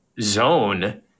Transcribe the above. zone